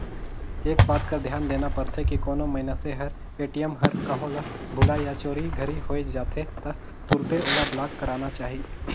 एक बात कर धियान देना परथे की कोनो मइनसे हर ए.टी.एम हर कहों ल भूलाए या चोरी घरी होए जाथे त तुरते ओला ब्लॉक कराना चाही